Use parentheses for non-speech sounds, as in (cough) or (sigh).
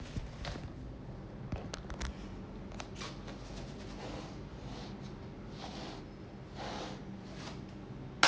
(noise)